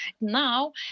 now